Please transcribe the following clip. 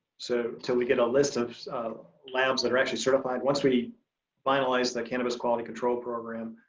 so until we get a list of labs that are actually certified, once we finalize the cannabis quality control program,